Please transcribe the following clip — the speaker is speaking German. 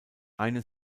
einer